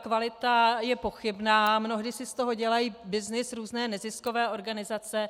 Kvalita je pochybná, mnohdy si z toho dělají byznys různé neziskové organizace.